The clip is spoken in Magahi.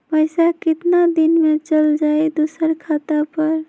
पैसा कितना दिन में चल जाई दुसर खाता पर?